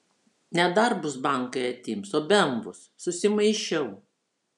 ne darbus bankai atims o bemvus susimaišiau